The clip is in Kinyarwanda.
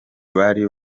bari